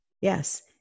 Yes